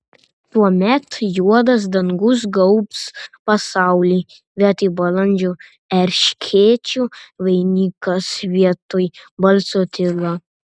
tuomet juodas dangus gaubs pasaulį vietoj balandžio erškėčių vainikas vietoj balso tyla